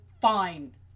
Fine